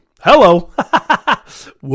Hello